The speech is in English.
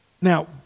now